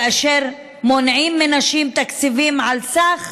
כאשר מונעים מנשים תקציבים בסך